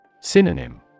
Synonym